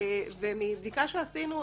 מבדיקה שעשינו,